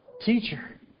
teacher